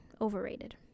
Overrated